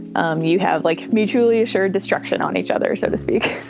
um you have like mutually assured destruction on each other, so to speak.